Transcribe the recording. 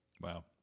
Wow